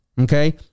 Okay